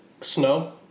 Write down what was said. snow